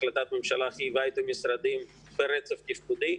החלטת הממשלה חייבה את המשרדים לרצף התפקודי,